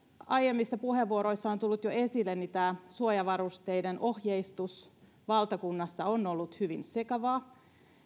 aiemmissa puheenvuoroissa on tullut jo esille niin tämä suojavarusteiden ohjeistus valtakunnassa on ollut hyvin sekavaa